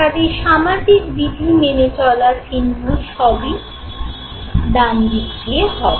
কাজেই সামাজিক বিধি মেনে চলা চিহ্ন সবই ডান দিকে হবে